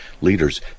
leaders